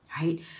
right